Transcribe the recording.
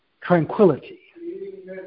tranquility